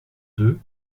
deux